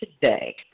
today